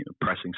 pressing